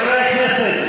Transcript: חברי הכנסת,